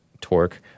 Torque